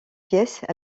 pièces